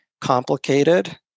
complicated